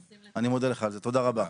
אני מודה לך על זה, תודה רבה.